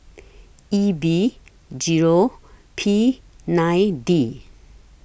E B Zero P nine D